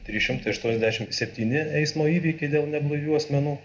trys šimtai aštuoniasdešimt septyni eismo įvykiai dėl neblaivių asmenų